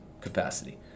capacity